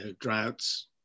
droughts